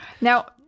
Now